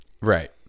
Right